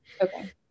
Okay